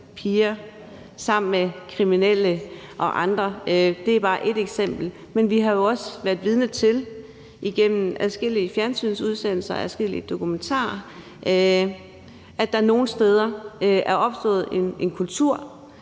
piger sammen med kriminelle og andre. Det er bare ét eksempel. Vi har også været vidne til igennem adskillige fjernsynsudsendelser og adskillige dokumentarer, at der nogle steder er opstået en kultur,